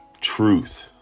truth